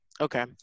Okay